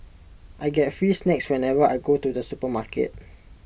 I get free snacks whenever I go to the supermarket